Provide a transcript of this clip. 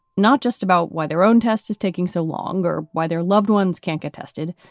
not just about why their own test is taking so longer, why their loved ones can't get tested,